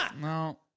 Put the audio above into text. No